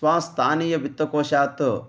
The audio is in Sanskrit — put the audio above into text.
स्वस्थानीयवित्तकोशात्